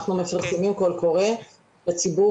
אנחנו מפרסמים קול קורא לציבור,